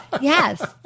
Yes